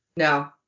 No